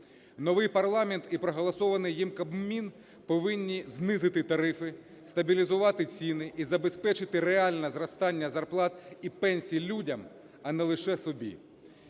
Новий парламент і проголосований ним Кабмін повинні знизити тарифи, стабілізувати ціни і забезпечити реальне зростання зарплат і пенсій людям, а не лише собі.